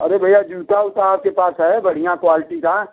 अरे भइया जूता ऊता आपके पास है बढ़िया क्वालटी का